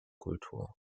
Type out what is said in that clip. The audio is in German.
kultur